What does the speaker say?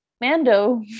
Mando